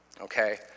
okay